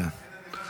כן, כן.